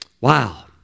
Wow